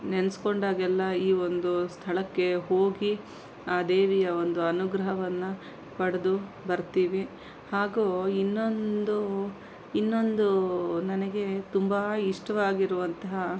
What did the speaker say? ನೆನೆಸ್ಕೊಂಡಾಗೆಲ್ಲಾ ಈ ಒಂದು ಸ್ಥಳಕ್ಕೆ ಹೋಗಿ ಆ ದೇವಿಯ ಒಂದು ಅನುಗ್ರಹವನ್ನು ಪಡೆದು ಬರ್ತೀವಿ ಹಾಗೂ ಇನ್ನೊಂದು ಇನ್ನೊಂದು ನನಗೆ ತುಂಬ ಇಷ್ಟವಾಗಿರುವಂತಹ